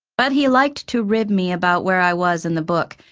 but he liked to rib me about where i was in the book,